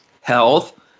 health